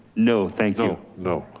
no thanks. no no.